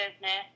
business